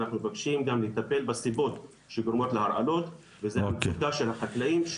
אנחנו מבקשים גם לטפל בסיבות שגורמות להרעלות וזה המצוקה של החקלאים,